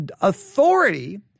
authority